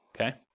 Okay